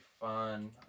fun